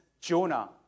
Jonah